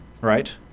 right